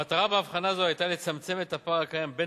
המטרה בהבחנה זו היתה לצמצם את הפער הקיים בין